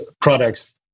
products